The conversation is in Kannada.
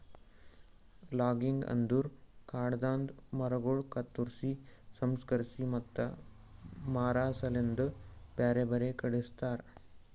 ಲಾಗಿಂಗ್ ಅಂದುರ್ ಕಾಡದಾಂದು ಮರಗೊಳ್ ಕತ್ತುರ್ಸಿ, ಸಂಸ್ಕರಿಸಿ ಮತ್ತ ಮಾರಾ ಸಲೆಂದ್ ಬ್ಯಾರೆ ಬ್ಯಾರೆ ಕಡಿ ಕಳಸ್ತಾರ